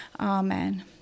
Amen